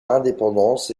indépendance